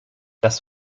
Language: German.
das